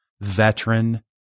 veteran